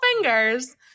fingers